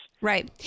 Right